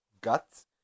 guts